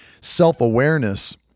Self-awareness